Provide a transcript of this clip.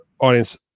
audience